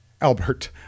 Albert